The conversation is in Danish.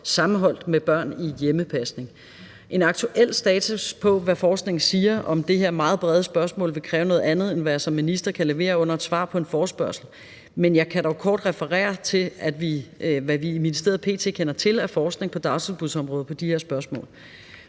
sammenholdt med børn i hjemmepasning. En aktuel status på, hvad forskningen siger om det her meget brede spørgsmål, vil kræve noget andet, end hvad jeg som minister kan levere under en besvarelse på en forespørgsel, men jeg kan dog kort referere til, hvad vi i ministeriet p.t. kender til af forskning på dagtilbudsområdet i de her spørgsmål.